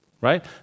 Right